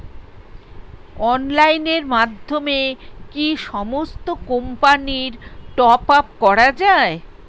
অনলাইনের মাধ্যমে কি সমস্ত কোম্পানির টপ আপ করা যায়?